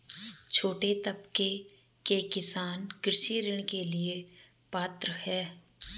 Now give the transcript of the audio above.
छोटे तबके के किसान कृषि ऋण के लिए पात्र हैं?